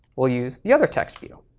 we'll use the other text view.